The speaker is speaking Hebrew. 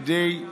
כדי,